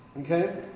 Okay